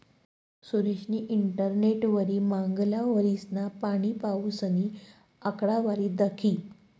सुरेशनी इंटरनेटवरी मांगला वरीसना पाणीपाऊसनी आकडावारी दखी